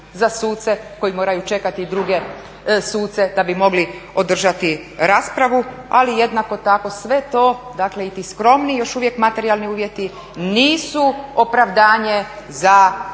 za suce koji moraju čekati i druge suce da bi mogli održati raspravu, ali jednako tako sve to dakle i ti skromni još uvijek materijalni uvjeti nisu opravdanje za